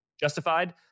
justified